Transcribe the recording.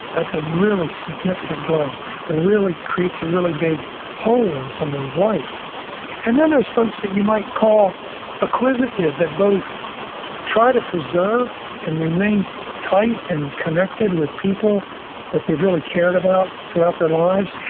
that's a really significant blow and ah really creates a really big hole in someone's life and then there's folks that you might call acquisitive that both try to preserve and remain tight and connected with people that they've really cared about throughout their lives,